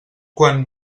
quan